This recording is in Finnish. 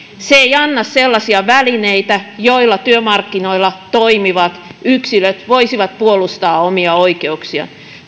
se ei anna sellaisia välineitä joilla työmarkkinoilla toimivat yksilöt voisivat puolustaa omia oikeuksiaan